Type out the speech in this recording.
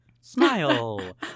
Smile